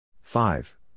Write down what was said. five